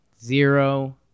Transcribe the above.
Zero